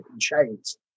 chains